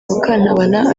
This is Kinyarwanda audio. mukantabana